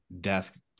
Death